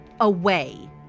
away